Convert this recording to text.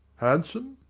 handsome?